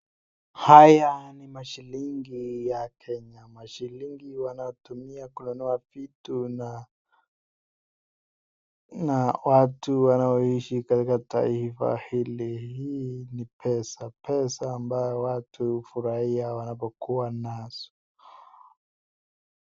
Haya ni mashilingi ya kenya. Mashilingi wanatumia kununua vitu na watu wanaishi katika taifa hili. Hii ni pesa, pesa ambayo watu furahia wanapokuwa nazo.